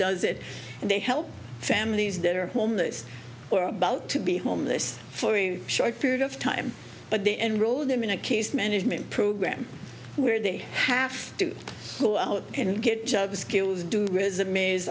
does it and they help families that are homeless or about to be homeless for a short period of time but they enroll them in a case management program where they have to go out and get the skills do resumes